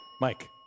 Mike